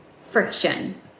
friction